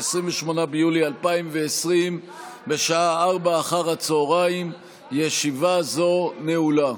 28 ביולי 2020, בשעה 16:00. ישיבה זו נעולה.